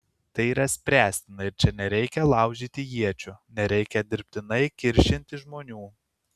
tai yra spręstina ir čia nereikia laužyti iečių nereikia dirbtinai kiršinti žmonių